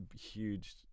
huge